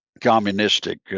communistic